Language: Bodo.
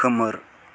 खोमोर